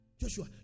Joshua